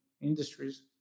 industries